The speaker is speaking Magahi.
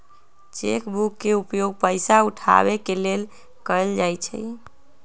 चेक बुक के उपयोग पइसा उठाबे के लेल कएल जाइ छइ